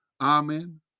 Amen